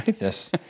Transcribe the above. yes